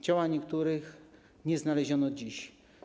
Ciał niektórych nie znaleziono do dziś.